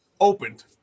Opened